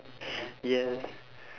yes